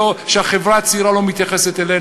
שהחברה הצעירה לא מתייחסת אלינו.